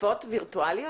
כספות וירטואליות?